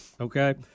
Okay